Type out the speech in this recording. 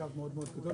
קו מאוד מאוד גדול,